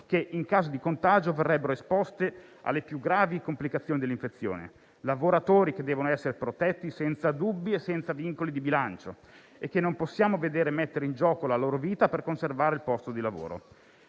che, in caso di contagio, verrebbero esposte alle più gravi complicazioni dell'infezione; lavoratori che devono essere protetti senza dubbi e senza vincoli di bilancio e che non possono mettere in gioco la loro vita per conservare il posto di lavoro.